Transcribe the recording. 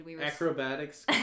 Acrobatics